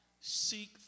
seek